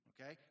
Okay